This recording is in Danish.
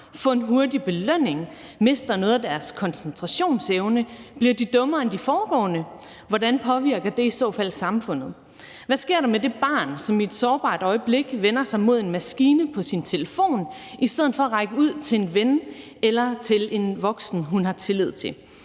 få en hurtig belønning og mister noget af deres koncentrationsevne? Bliver de dummere end de foregående, og hvordan påvirker det i så fald samfundet? Hvad sker der med det barn, som i et sårbart øjeblik vender sig mod en maskine på sin telefon i stedet for at række ud til en ven eller til en voksen, hun har tillid til?